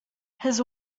his